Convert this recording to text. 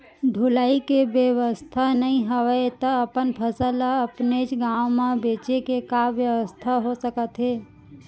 ढुलाई के बेवस्था नई हवय ता अपन फसल ला अपनेच गांव मा बेचे के का बेवस्था हो सकत हे?